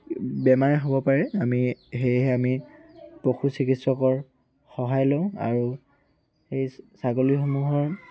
বেমাৰে হ'ব পাৰে আমি সেয়েহে আমি পশু চিকিৎসকৰ সহায় লওঁ আৰু সেই ছাগলীসমূহৰ